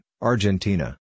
Argentina